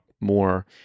more